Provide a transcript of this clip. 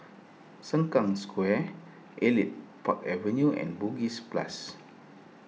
Sengkang Square Elite Park Avenue and Bugis Plus